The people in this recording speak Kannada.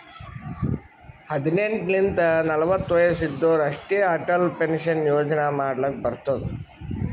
ಹದಿನೆಂಟ್ ಲಿಂತ ನಲ್ವತ ವಯಸ್ಸ್ ಇದ್ದೋರ್ ಅಷ್ಟೇ ಅಟಲ್ ಪೆನ್ಷನ್ ಯೋಜನಾ ಮಾಡ್ಲಕ್ ಬರ್ತುದ್